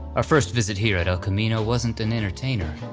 ah first visit here at el camino wasn't an entertainer,